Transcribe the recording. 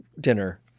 dinner